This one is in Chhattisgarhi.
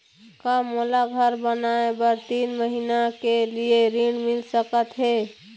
का मोला घर बनाए बर तीन महीना के लिए ऋण मिल सकत हे?